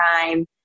time